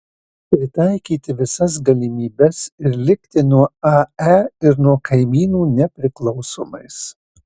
pritaikyti visas galimybes ir likti nuo ae ir nuo kaimynų nepriklausomais